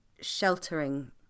sheltering